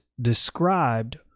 described